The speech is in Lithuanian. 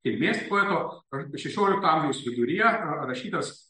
kilmės poeto šešiolikto amžiaus viduryje rašytas